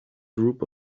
group